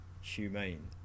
humane